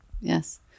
Yes